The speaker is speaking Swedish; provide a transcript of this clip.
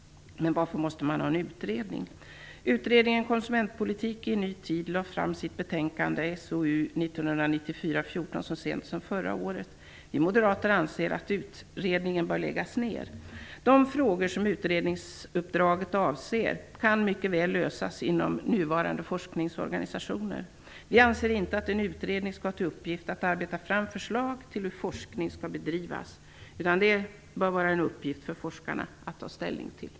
Men varför måste man ha en utredning? Utredningen Konsumentpolitik i en ny tid lade fram sitt betänkande SOU 1994:14 så sent som förra året. Vi moderater anser att utredningen bör läggas ned. De frågor som utredningsuppdraget avser kan mycket väl lösas inom nuvarande forskningsorganisationer. Vi anser inte att en utredning skall ha till uppgift att arbeta fram förslag till hur forskning skall bedrivas. Det bör vara en uppgift för forskarna att ta ställning till.